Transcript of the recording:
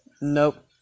Nope